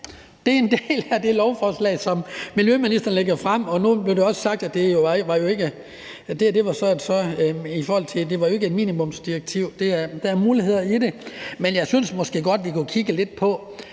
det er en del af det lovforslag, som miljøministeren lægger frem, og nu blev det jo også sagt, at det her ikke var et minimumsdirektiv, og at der er muligheder i det. Men jeg synes måske også godt, at vi kunne kigge lidt på,